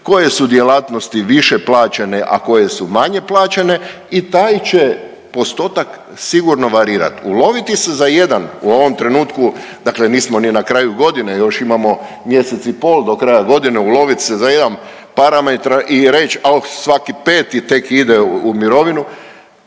koje su djelatnosti više plaćene, a koje su manje plaćene i taj će postotak sigurno varirati. Uloviti se za jedan, u ovom trenutku, dakle nismo ni na kraju godine još imamo mjesec i pol do kraja godine, uloviti se za jedan parametra i reći, a svaki 5. tek ide u mirovinu,